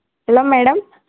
hello madam